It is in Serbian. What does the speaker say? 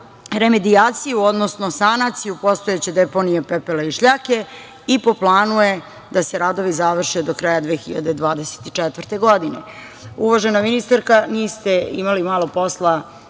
remedijaciju, odnosno sanaciju postojeće deponije pepela i šljake i po planu je da se radovi završe do kraja 2024. godine. Uvažena ministarka, niste imali malo posla